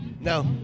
No